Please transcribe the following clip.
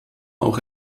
auch